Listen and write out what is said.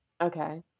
Okay